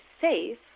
safe